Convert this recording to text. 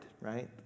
right